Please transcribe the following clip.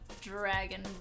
dragon